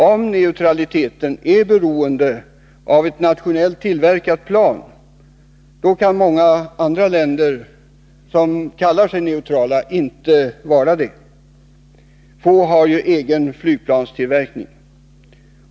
Om neutraliteten är beroende av ett nationellt tillverkat plan, då kan många andra länder som kallar sig neutrala inte vara det — få har ju egen flygplanstillverkning.